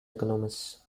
economists